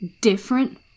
different